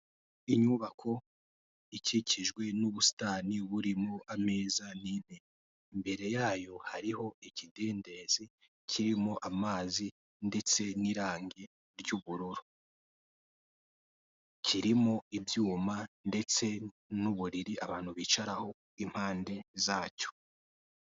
Inyubako ikikijwe n'ubusitani burimo ameza n'intebe imbere yayo hariho ikidendezi kirimo amazi ndetse n'irangi ry'ubururu. Kirimo ibyuma ndetse n'uburiri abantu bicaraho impande zacyo.